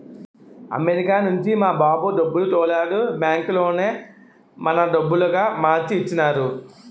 America నుంచి మా బాబు డబ్బులు తోలాడు బ్యాంకులోనే మన డబ్బులుగా మార్చి ఇచ్చినారు